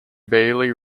bailey